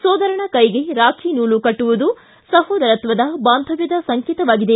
ಸೋದರನ ಕೈಗೆ ರಾಖಿ ನೂಲು ಕಟ್ಟುವುದು ಸಹೋದರತ್ವದ ಬಾಂಧವ್ಯದ ಸಂಕೇತವಾಗಿದೆ